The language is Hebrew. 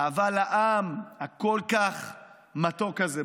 אהבה לעם הכל-כך מתוק הזה,